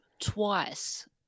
twice